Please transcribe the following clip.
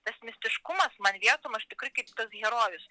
tas mistiškumas man vietom aš tikrai kaip tas herojus